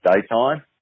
daytime